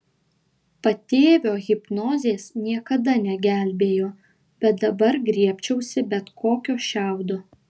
patėvio hipnozės niekada negelbėjo bet dabar griebčiausi bet kokio šiaudo